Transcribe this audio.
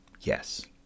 yes